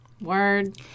Word